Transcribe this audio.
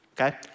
okay